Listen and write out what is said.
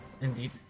indeed